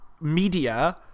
media